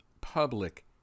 public